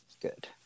Good